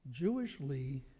Jewishly